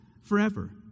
forever